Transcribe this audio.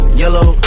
yellow